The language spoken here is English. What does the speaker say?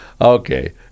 Okay